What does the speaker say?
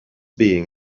being